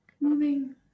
Moving